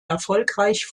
erfolgreich